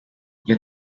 iyo